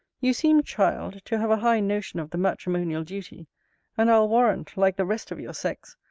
you seem, child, to have a high notion of the matrimonial duty and i'll warrant, like the rest of your sex,